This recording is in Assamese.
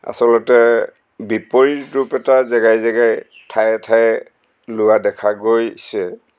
আচলতে বিপৰীত ৰূপ এটা জেগাই জেগাই ঠায়ে ঠায়ে লোৱা দেখা গৈছে